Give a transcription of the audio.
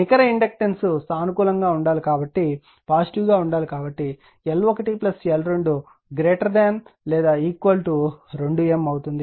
నికర ఇండక్టెన్స్ సానుకూలంగా ఉండాలి కాబట్టిL1L22M అవుతుంది